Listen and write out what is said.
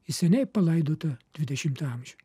į seniai palaidotą dvidešimtą amžių